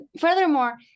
furthermore